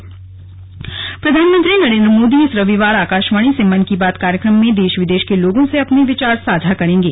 slug Mann ki Baat प्रधानमंत्री नरेन्द्र मोदी इस रविवार आकाशवाणी से मन की बात कार्यक्रम में देश विदेश के लोगों से अपने विचार साझा करेंगे